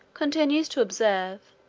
continues to observe,